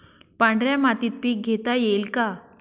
पांढऱ्या मातीत पीक घेता येईल का?